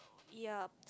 ya